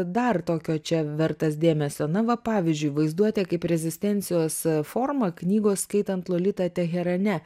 dar tokio čia vertas dėmesio na va pavyzdžiui vaizduotė kaip rezistencijos forma knygos skaitant lolitą teherane